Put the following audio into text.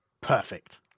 Perfect